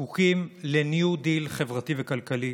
זקוקים לניו דיל חברתי וכלכלי.